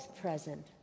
present